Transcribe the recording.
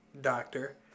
Doctor